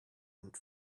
and